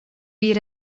wir